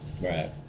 Right